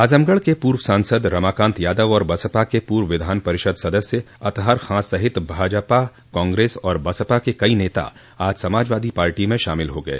आजमगढ़ के पूर्व सांसद रमाकांत यादव और बसपा के पूर्व विधान परिषद सदस्य अतहर खॉ सहित भाजपा कांग्रेस और बसपा के कई नेता आज समाजवादी पार्टी में शामिल हो गये